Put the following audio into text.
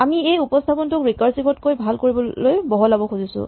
আমি এই উপস্হাপনটোক ৰিকাৰছিভ তকৈ ভাল কৰিবলৈ বহলাব খুজিছোঁ